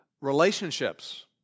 relationships